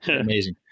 Amazing